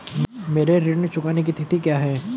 मेरे ऋण चुकाने की तिथि क्या है?